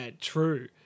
true